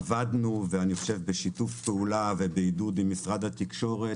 עבדנו בשיתוף פעולה ובעידוד משרד התקשורת,